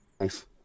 Nice